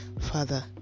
father